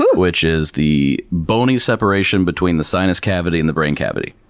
um which is the bony separation between the sinus cavity and the brain cavity.